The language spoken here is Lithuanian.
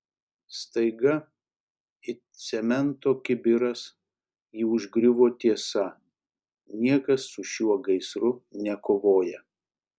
staiga it cemento kibiras jį užgriuvo tiesa niekas su šiuo gaisru nekovoja